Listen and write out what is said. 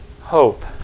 hope